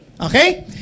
Okay